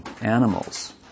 animals